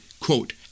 quote